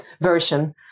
version